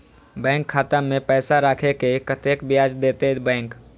Bank खाता में पैसा राखे से कतेक ब्याज देते बैंक?